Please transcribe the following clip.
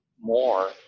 more